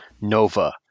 Nova